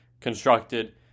constructed